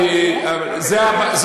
אנחנו לא בממלכה הטורקית.